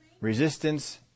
Resistance